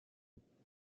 well